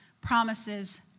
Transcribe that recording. promises